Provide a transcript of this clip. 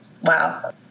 Wow